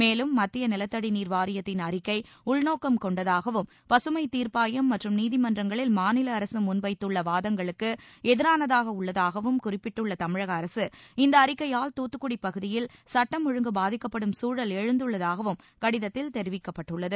மேலும் மத்திய நிலத்தடி நீர் வாரியத்தின் அறிக்கை உள்நோக்கம் கொண்டதாகவும் பசுமை தீர்ப்பாயம் மற்றும் நீதிமன்றங்களில் மாநில அரசு முன்வைத்துள்ள வாதங்களுக்கு எதிரானதாக உள்ளதாகவும் குறிப்பிட்டுள்ள தமிழக அரசு இந்த அறிக்கையால் துத்துக்குடி பகுதியில் சட்டம் ஒழுங்கு பாதிக்கப்படும் சூழல் எழுந்துள்ளதாகவும் கடிதத்தில் தெரிவிக்கப்பட்டுள்ளது